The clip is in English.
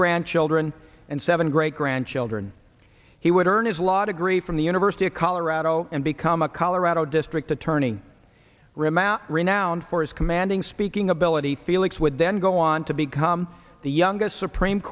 grandchildren and seven great grandchildren he would earn his law degree from the university of colorado and become a colorado district attorney remember renowned for his commanding speaking ability felix would then go on to become the youngest supreme